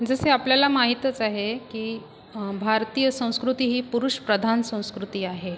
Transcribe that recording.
जसे आपल्याला माहीतच आहे की भारतीय संस्कृती ही पुरुषप्रधान संस्कृती आहे